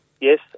yes